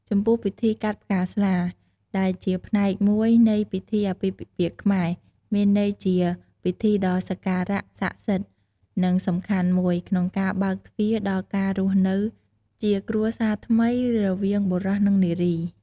ចំពោះ ពិធីកាត់ផ្កាស្លា ដែលជាផ្នែកមួយនៃពិធីអាពាហ៍ពិពាហ៍ខ្មែរ មានន័យជាពិធីដ៏សក្ការៈសក្កសិទ្ធិ និងសំខាន់មួយ ក្នុងការបើកទ្វារដល់ការរស់នៅជាគ្រួសារថ្មីរវាងបុរសនិងនារី។